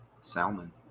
salmon